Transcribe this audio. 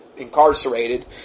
incarcerated